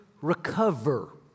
recover